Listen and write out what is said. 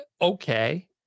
okay